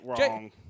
wrong